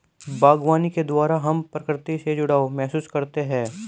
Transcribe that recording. बागवानी के द्वारा हम प्रकृति से जुड़ाव महसूस करते हैं